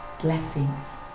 blessings